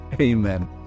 Amen